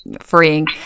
freeing